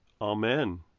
Amen